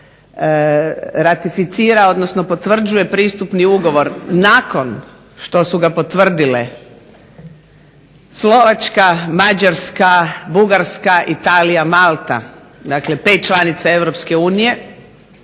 ratificira odnosno potvrđuje Pristupni ugovor nakon što su ga potvrdile Slovačka, Mađarska, Bugarska, Italija, Malta, dakle 5 članica